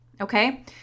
Okay